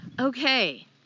okay